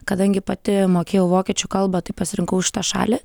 kadangi pati mokėjau vokiečių kalbą tai pasirinkau šitą šalį